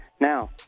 Now